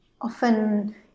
often